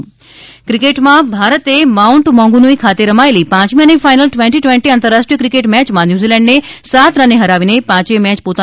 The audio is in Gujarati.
ક્કિકેટ કિક્રેટમાં ભારતે માઉન્ટ મોંગનુઇ ખાતે રમાયેલી પાંચમી અને ફાઇનલ ટ્વેન્ટી ટ્વેન્ટી આંતરરાષ્ટ્રીય કિક્રેટ મેયમાં ન્યુઝીલેન્ડને સાત રને હરાવીને પાંચયે મેય પોતાના તા